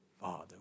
Father